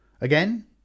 Again